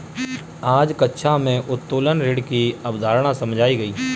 आज कक्षा में उत्तोलन ऋण की अवधारणा समझाई गई